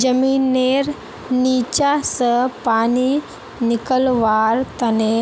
जमींनेर नीचा स पानी निकलव्वार तने